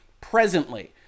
presently